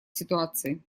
ситуации